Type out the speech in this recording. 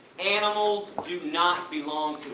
animals do not belong